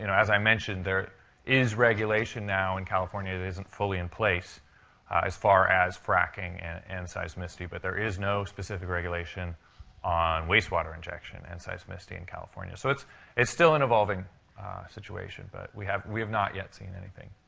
you know as i mentioned, there is regulation now in california it isn't fully in place as far as fracking and and seismicity. but there is no specific regulation on wastewater injection and seismicity in california. so it's it's still an evolving situation, but we have we have not yet seen anything.